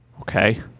Okay